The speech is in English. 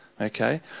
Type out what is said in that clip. Okay